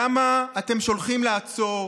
למה אתם שולחים לעצור